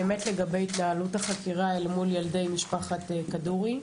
היא באמת לגבי התנהלות החקירה אל מול ילדי משפחת כדורי.